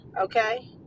okay